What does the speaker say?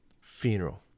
funeral